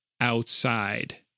outside